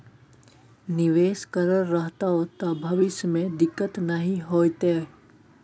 निवेश करल रहतौ त भविष्य मे दिक्कत नहि हेतौ